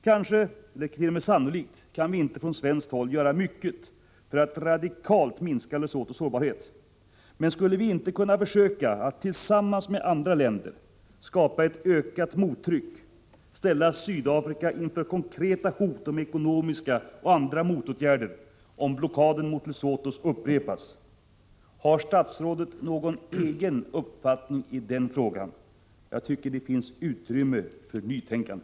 Kanske — och det är t.o.m. sannolikt — kan vi inte från svenskt håll göra mycket för att radikalt minska Lesothos sårbarhet, men skulle vi inte kunna försöka att tillsammans med andra länder skapa ett ökat mottryck, ställa Sydafrika inför konkreta hot om ekonomiska och andra motåtgärder, om blockaden mot Lesotho upprepas? Har statsrådet någon egen uppfattning i den frågan? Jag tycker det finns utrymme för nytänkande.